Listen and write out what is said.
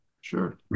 sure